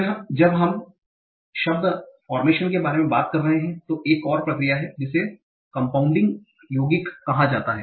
फिर जब हम शब्द निर्माण के बारे में बात कर रहे हैं तो एक और प्रक्रिया है जिसे कोम्पौंडींग compounding यौगिक कहा जाता है